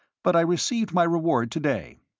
but i received my reward to-day.